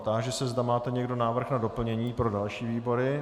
Táži se, zda máte někdo návrh na doplnění pro další výbory?